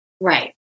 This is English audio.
Right